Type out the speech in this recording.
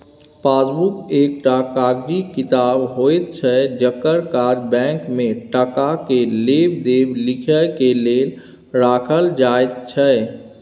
passbook एकटा कागजी किताब होइत छै जकर काज बैंक में टका के लेब देब लिखे के लेल राखल जाइत छै